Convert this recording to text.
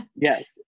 Yes